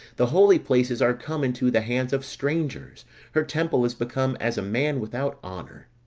the holy places are come into the hands of strangers her temple is become as a man without honour.